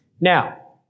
Now